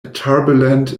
turbulent